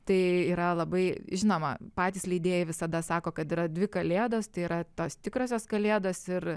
tai yra labai žinoma patys leidėjai visada sako kad yra dvi kalėdos tai yra tos tikrosios kalėdos ir